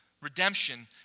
Redemption